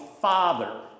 father